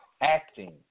Acting